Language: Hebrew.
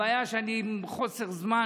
הבעיה היא שאני עם חוסר זמן,